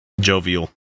jovial